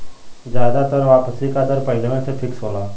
जादातर वापसी का दर पहिलवें से फिक्स होला